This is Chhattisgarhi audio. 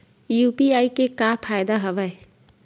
यू.पी.आई के का फ़ायदा हवय?